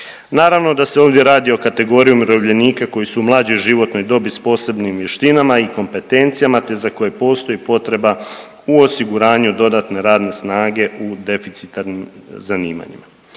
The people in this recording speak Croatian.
Naravno da se ovdje radi o kategoriji umirovljenika koji su u mlađoj životnoj dobi s posebnim vještinama i kompetencijama, te za koje postoji potreba u osiguranju dodatne radne snage u deficitarnim zanimanjima.